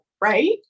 right